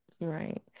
Right